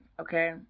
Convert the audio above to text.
okay